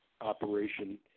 operation